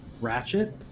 ratchet